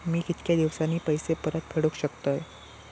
मी कीतक्या दिवसांनी पैसे परत फेडुक शकतय?